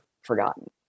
forgotten